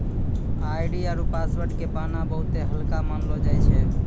ID आरु password के पाना बहुते हल्का मानलौ जाय छै